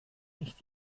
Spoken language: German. ich